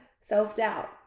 self-doubt